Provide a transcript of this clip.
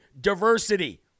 diversity